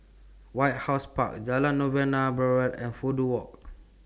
White House Park Jalan Novena Barat and Fudu Walk